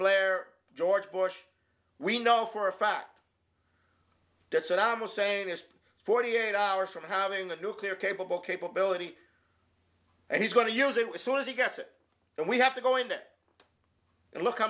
blair george bush we know for a fact that saddam hussein is forty eight hours from having a nuclear capable capability and he's going to use it was soon as he gets it and we have to go into it and look how